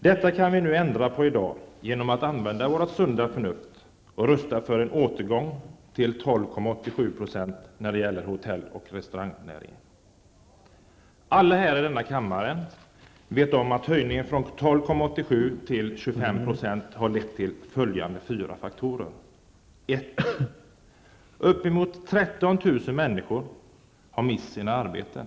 Detta kan vi nu ändra på i dag genom att använda vårt sunda förnuft och rösta för en återgång till 12,87 % när det gäller momsen för hotell och restaurangnäringen. Alla här i denna kammare vet att höjningen från 12,87 till 5 % har lett till följande fyra faktorer. För det första har uppemot 13 000 människor mist sina arbeten.